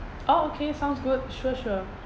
oh okay sounds good sure sure